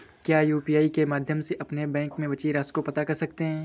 क्या यू.पी.आई के माध्यम से अपने बैंक में बची राशि को पता कर सकते हैं?